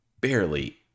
barely